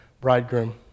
bridegroom